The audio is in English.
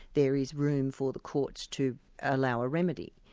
there is room for the courts to allow a remedy.